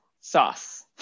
sauce